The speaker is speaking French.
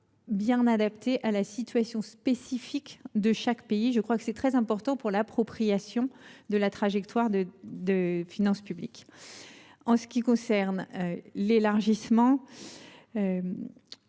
règles adaptées à la situation spécifique de chaque pays – c’est un point très important pour l’appropriation de la trajectoire des finances publiques. En ce qui concerne l’élargissement,